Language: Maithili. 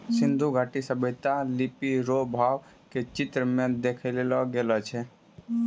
सिन्धु घाटी सभ्यता लिपी रो भाव के चित्र मे देखैलो गेलो छलै